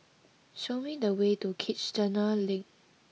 show me the way to Kiichener Link